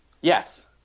Yes